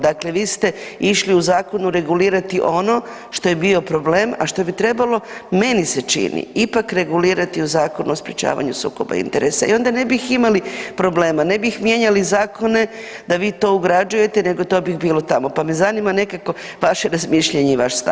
Dakle, vi ste išli u zakonu regulirati ono što je bio problem, a što bi trebalo meni se čini ipak regulirati u Zakonu o sprečavanju sukoba interesa i onda ne bi imali problema, ne bi mijenjali zakone da vi to ugrađujete nego to bi bilo tamo, pa me zanima nekako vaše razmišljanje i vaš stav.